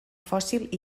fòssil